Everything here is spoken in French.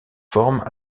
formes